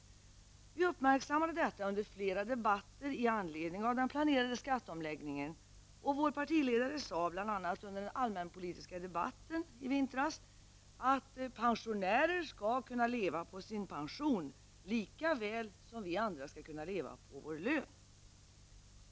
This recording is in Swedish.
Vi uppmärksammade detta under flera debatter i anledning av den planerade skatteomläggningen, och vår partiledare sade, bl.a. under den allmänpolitiska debatten i vintras, att pensionärer skall kunna leva på sin pension, likaväl som vi andra skall kunna leva på vår lön.